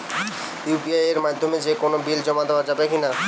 UPI এর মাধ্যমে যে কোনো বিল জমা দেওয়া যাবে কি না?